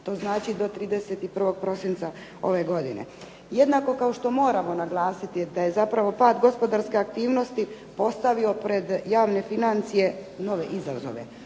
to znači do 31. prosinca ove godine. Jednako kao što moramo naglasiti da je zapravo pad gospodarske aktivnosti postavio pred javne financije nove izazove,